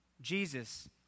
Jesus